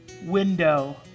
window